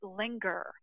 linger